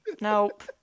Nope